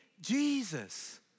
Jesus